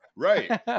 Right